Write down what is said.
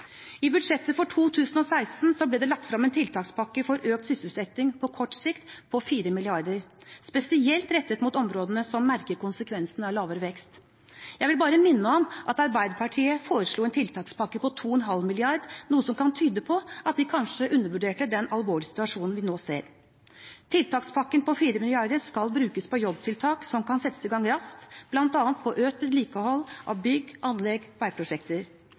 I budsjettet for 2016 ble det lagt frem en tiltakspakke for økt sysselsetting på kort sikt på 4 mrd. kr, spesielt rettet mot områdene som merker konsekvensene av lavere vekst. Jeg vil bare minne om at Arbeiderpartiet foreslo en tiltakspakke på 2,5 mrd. kr, noe som kan tyde på at de kanskje undervurderte den alvorlige situasjonen vi nå ser. Tiltakspakken på 4 mrd. kr skal brukes på jobbtiltak som kan settes i gang raskt, bl.a. på økt vedlikehold av bygg, anlegg og veiprosjekter.